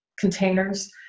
containers